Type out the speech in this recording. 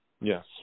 Yes